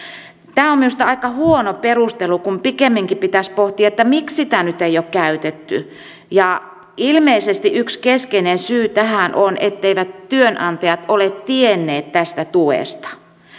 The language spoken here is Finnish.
tämä on minusta aika huono perustelu kun pikemminkin pitäisi pohtia miksi sitä ei ole käytetty ilmeisesti yksi keskeinen syy tähän on etteivät työnantajat ole tienneet tästä tuesta